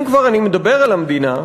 אם כבר אני מדבר על המדינה,